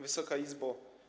Wysoka Izbo!